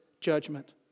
judgment